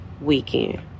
weekend